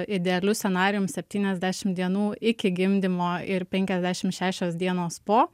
idealiu scenarijum septyniasdešimt dienų iki gimdymo ir penkiasdešimt šešios dienos po